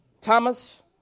Thomas